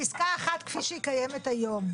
בפסקה 1 כפי שהיא קיימת היום,